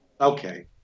Okay